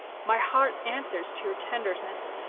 my heart answers to your tenderness,